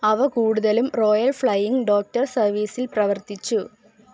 അവ കൂടുതലും royal flying doctor സർവീസിൽ പ്രവർത്തിച്ചു